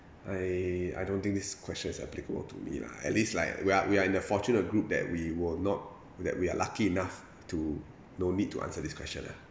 I I don't think this question is applicable to me lah at least like we are we are in the fortunate group that we were not that we are lucky enough to no need to answer this question lah